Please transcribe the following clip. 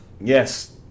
Yes